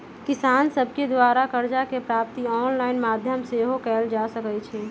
किसान सभके द्वारा करजा के प्राप्ति ऑनलाइन माध्यमो से सेहो कएल जा सकइ छै